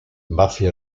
buffy